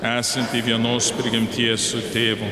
esantį vienos prigimties su tėvu